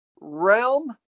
realm